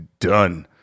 done